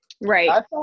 right